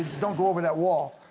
don't go over that wall.